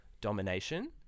domination